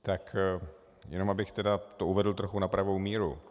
Tak jenom abych to uvedl trochu na pravou míru.